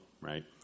right